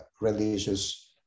religious